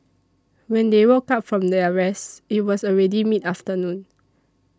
when they woke up from their rest it was already mid afternoon